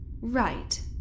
Right